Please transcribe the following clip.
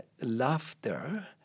laughter